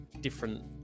different